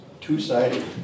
two-sided